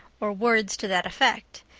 or words to that effect,